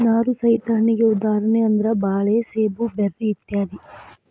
ನಾರು ಸಹಿತ ಹಣ್ಣಿಗೆ ಉದಾಹರಣೆ ಅಂದ್ರ ಬಾಳೆ ಸೇಬು ಬೆರ್ರಿ ಇತ್ಯಾದಿ